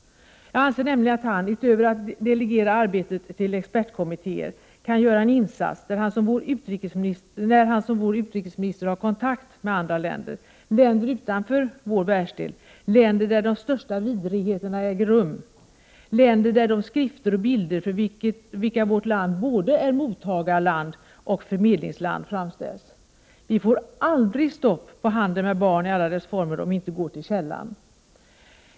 Jag anser nämligen att han, utöver att delegera arbetet till expertkommittéer, kan göra en insats när han som vår utrikesminister har kontakt med andra länder, länder utanför vår världsdel, länder där de största vidrigheterna äger rum, länder där de skrifter och bilder för vilka vårt land är både mottagarland och förmedlingsland framställs. Vi får aldrig stopp på handel med barn i alla dess former om vi inte går till källan.